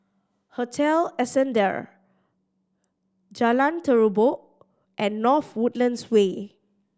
Hotel Ascendere Jalan Terubok and North Woodlands Way